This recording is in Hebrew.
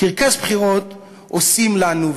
קרקס בחירות עושים לנו,